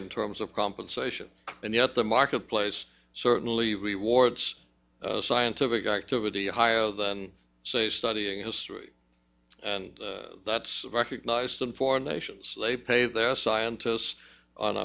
in terms of compensation and yet the marketplace certainly rewards scientific activity higher than say studying history and that's recognized in foreign nations pay their scientists on